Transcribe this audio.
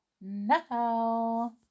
now